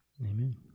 Amen